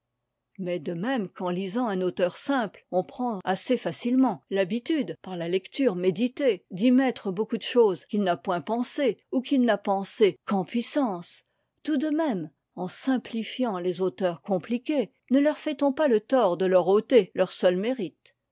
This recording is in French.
mais de même qu'en lisant un auteur simple on prend assez facilement l'habitude par la lecture méditée d'y mettre beaucoup de choses qu'il n'a point pensées ou qu'il n'a pensées qu'en puissance tout de même en simplifiant les auteurs compliqués ne leur fait-on pas le tort de leur ôter leur seul mérite